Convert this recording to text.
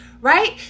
right